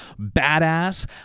badass